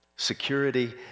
security